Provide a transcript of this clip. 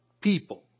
people